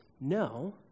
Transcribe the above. No